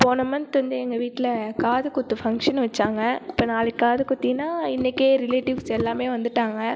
போன மந்த் வந்து எங்கள் வீட்டில் காதுகுத்து ஃபங்ஷன் வெச்சாங்க இப்போ நாளைக்கு காது குத்தினா இன்றைக்கே ரிலேட்டிவ்ஸ் எல்லாமே வந்துட்டாங்க